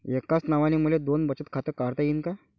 एकाच नावानं मले दोन बचत खातं काढता येईन का?